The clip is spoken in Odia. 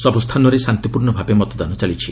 ସବୁସ୍ଥାନରେ ଶାନ୍ତିପୂର୍ଷ୍ଣ ଭାବରେ ମତଦାନ ଚାଲିଛି